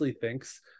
thinks